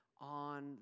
on